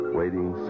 waiting